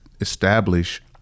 establish